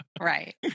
Right